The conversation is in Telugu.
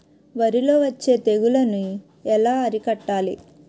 వరిలో వచ్చే తెగులని ఏలా అరికట్టాలి?